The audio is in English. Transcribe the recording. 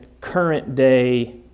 current-day